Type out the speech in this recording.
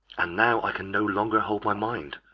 and now i can no longer hold my mind.